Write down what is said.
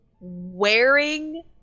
wearing